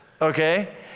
okay